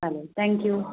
चालेल थँक्यू